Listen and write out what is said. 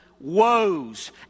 woes